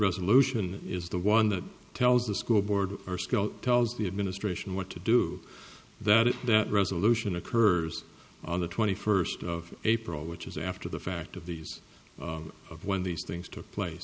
resolution is the one that tells the school board or skull tells the administration what to do that is that resolution occurs on the twenty first of april which is after the fact of these of when these things took place